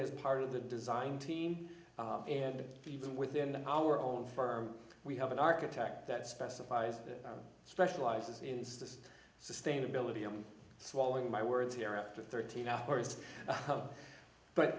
as part of the design team and even within our own firm we have an architect that specifies that specializes in this sustainability i'm swallowing my words here after thirteen hours but